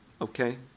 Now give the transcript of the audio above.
Okay